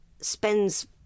spends